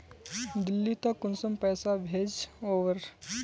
दिल्ली त कुंसम पैसा भेज ओवर?